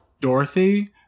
dorothy